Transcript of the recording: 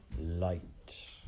Light